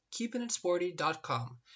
keepingitsporty.com